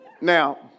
Now